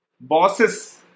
Bosses